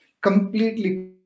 Completely